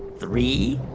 three,